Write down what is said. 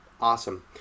Awesome